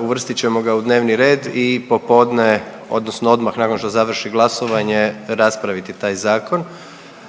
uvrstit ćemo ga u dnevni red i popodne odnosno odmah nakon što završi glasovanje raspraviti taj zakon,